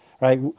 right